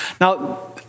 Now